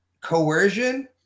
coercion